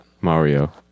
Mario